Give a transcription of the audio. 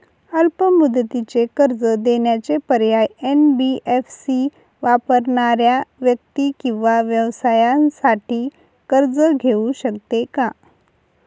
अल्प मुदतीचे कर्ज देण्याचे पर्याय, एन.बी.एफ.सी वापरणाऱ्या व्यक्ती किंवा व्यवसायांसाठी कर्ज घेऊ शकते का?